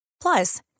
Plus